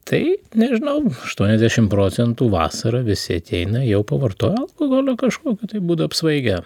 tai nežinau aštuoniasdešimt procentų vasarą visi ateina jau pavartoję alkoholio kažkokiu būdu apsvaigę